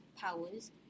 powers